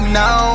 now